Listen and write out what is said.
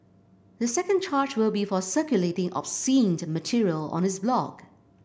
the second charge will be for circulating obscene material on his blog